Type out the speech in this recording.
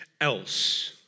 else